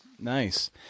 Nice